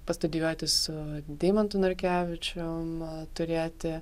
pastudijuoti su deimantu narkevičium turėti